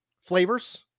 flavors